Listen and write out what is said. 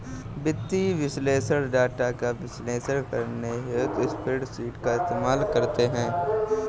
वित्तीय विश्लेषक डाटा का विश्लेषण करने हेतु स्प्रेडशीट का इस्तेमाल करते हैं